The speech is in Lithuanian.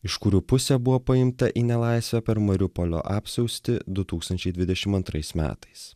iš kurių pusė buvo paimta į nelaisvę per mariupolio apsiaustį du tūkstančiai dvidešim antrais metais